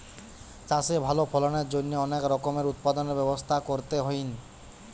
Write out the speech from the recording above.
চাষে ভালো ফলনের জন্য অনেক রকমের উৎপাদনের ব্যবস্থা করতে হইন